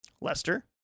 Lester